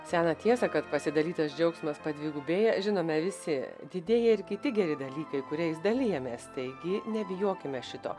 seną tiesą kad pasidalytas džiaugsmas padvigubėja žinome visi didėja ir kiti geri dalykai kuriais dalijamės taigi nebijokime šito